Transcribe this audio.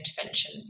intervention